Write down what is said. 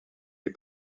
les